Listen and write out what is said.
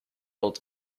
old